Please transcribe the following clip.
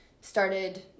started